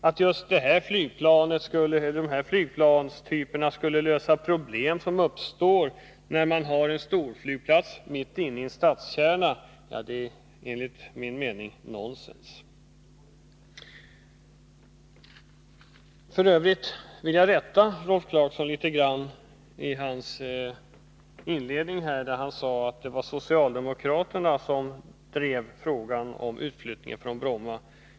Föreställningen att just dessa flygplanstyper skulle lösa de problem som uppstår när man har en storflygplats mitt inne i en stadskärna är enligt min mening nonsens. F. ö. vill jag rätta Rolf Clarkson litet grand. I sin inledning sade han att det var socialdemokraterna som drev frågan om utflyttningen från Bromma.